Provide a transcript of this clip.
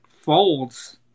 folds